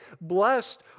blessed